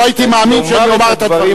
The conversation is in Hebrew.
לא הייתי מאמין שאני אומר את הדברים.